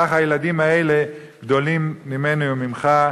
כך הילדים האלה גדולים ממני וממך,